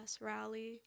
rally